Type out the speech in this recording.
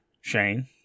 Shane